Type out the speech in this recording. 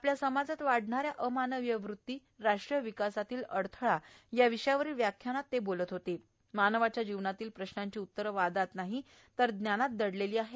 आपल्या समाजात वाढणाऱ्या अमानविय वृत्ती राष्ट्रीय विकासातील अडथळा या विषयावरील व्याख्यानात ते म्हणाले की मानवाच्या जिवनातील प्रश्नांची उत्तर वादात नाही तर ज्ञानात दडलेली आहे